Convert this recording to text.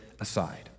aside